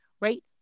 right